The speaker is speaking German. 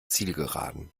zielgeraden